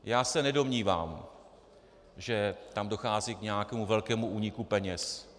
Já se nedomnívám, že tam dochází k nějakému velkému úniku peněz.